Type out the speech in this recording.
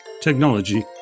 technology